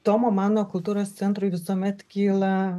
tomo mano kultūros centrui visuomet kyla